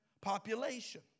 population